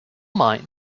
mine